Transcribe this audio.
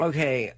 Okay